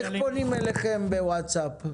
אפשר לפנות אליכם בוואטסאפ?